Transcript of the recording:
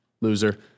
Loser